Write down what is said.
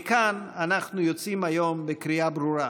מכאן אנחנו יוצאים היום בקריאה ברורה: